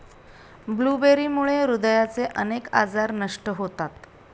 ब्लूबेरीमुळे हृदयाचे अनेक आजार नष्ट होतात